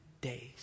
days